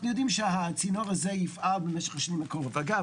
אנחנו יודעים שהצינור הזה יפעל במשך השנים הקרובות ואגב,